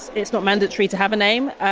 it's not mandatory to have a name.